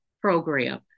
program